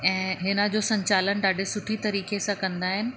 ऐं हिनजो संचालन ॾाढे सुठी तरीक़े सां कंदा आहिनि